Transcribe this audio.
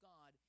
God